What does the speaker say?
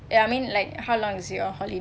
eh I mean like how long is your holiday